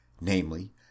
namely